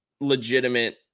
legitimate